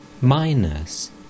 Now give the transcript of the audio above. Minus